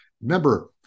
Remember